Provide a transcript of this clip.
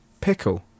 pickle